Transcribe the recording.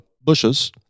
bushes